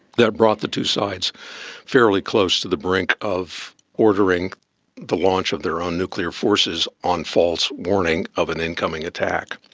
that brought the two sides fairly close to the brink of ordering the launch of their own nuclear forces on false warning of an incoming attack.